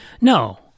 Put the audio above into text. No